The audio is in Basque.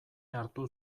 hartu